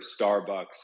Starbucks